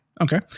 Okay